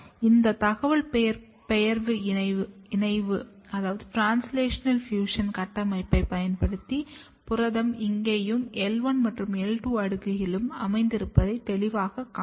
இந்த தகவல்பெயர்ப்பு இணைவு கட்டமைப்பைப் பயன்படுத்தி புரதம் இங்கேயும் L1 மற்றும் L2 அடுக்கிலும் அமைந்திருப்பதை தெளிவாகக் காணலாம்